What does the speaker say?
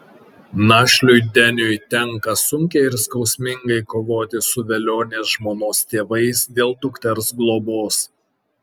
našliui deniui tenka sunkiai ir skausmingai kovoti su velionės žmonos tėvais dėl dukters globos